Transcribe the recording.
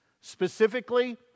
specifically